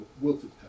Wilted